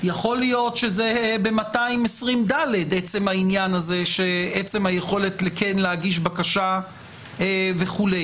שזה ב-220ד עצם היכולת כן להגיש בקשה וכו',